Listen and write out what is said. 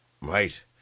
Right